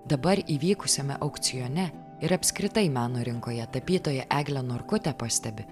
dabar įvykusiame aukcione ir apskritai meno rinkoje tapytoja eglė norkutė pastebi